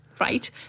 Right